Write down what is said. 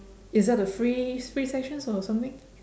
is that the free free sessions or something